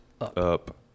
up